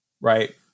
Right